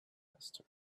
faster